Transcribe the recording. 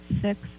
six